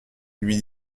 lui